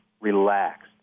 relaxed